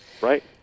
right